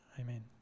Amen